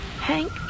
Hank